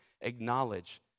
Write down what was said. acknowledge